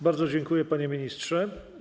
Bardzo dziękuję, panie ministrze.